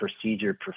procedure